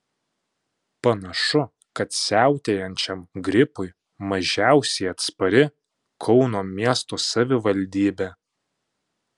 panašu kad siautėjančiam gripui mažiausiai atspari kauno miesto savivaldybė